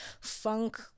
funk